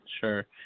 Sure